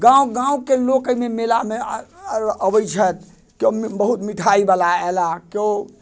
गाँव गाँवके लोक एहिमे मेलामे अबै छथि केओ बहुत मिठाइ बला अयला केओ